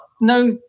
no